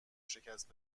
شکست